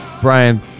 Brian